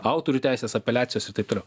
autorių teisės apeliacijos ir taip toliau